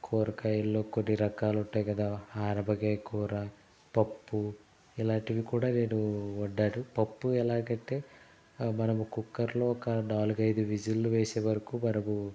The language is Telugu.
కూరగాయలు కొన్ని రకాలు ఉంటాయి కదా అనపకాయ కూర పప్పు ఇలాంటివి కూడా నేను వండాను పప్పు ఎలాగంటే మనం కుక్కర్లో ఒక నాలుగైదు విజిల్లు వేసే వరకు మనం